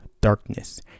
darkness